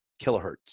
kilohertz